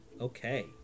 Okay